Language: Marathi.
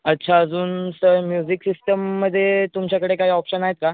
अच्छा अजून सर म्युजिक सिस्टममध्ये तुमच्याकडे काय ऑप्शन आहेत का